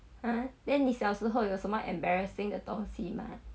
ah then 你小时候有什么 embarrassing 的东西吗